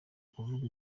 kuvuga